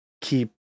Keep